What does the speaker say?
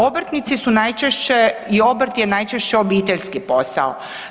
Obrtnici su najčešće i obrt je najčešće obiteljski posao.